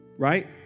Right